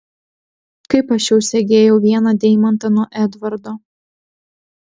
kaip aš jau segėjau vieną deimantą nuo edvardo